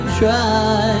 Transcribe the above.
try